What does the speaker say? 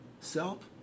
self